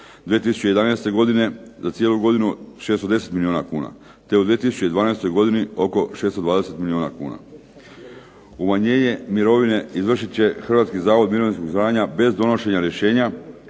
2011. godine za cijelu godinu 610 milijuna kuna te u 2012. godini oko 620 milijuna kuna. Umanjenje mirovine izvršit će Hrvatski zavod mirovinskog osiguranja bez donošenja rješenja,